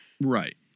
Right